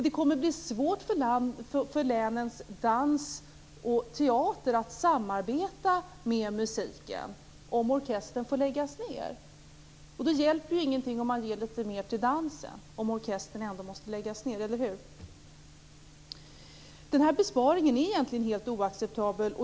Det kommer att bli svårt för länens dansoch teaterverksamhet att samarbeta med musiken om orkestern får läggas ned. Det ju inte någon hjälp om man ger litet mer till dansen om orkestern ändå måste läggas ned, eller hur? Besparingen är helt oacceptabel.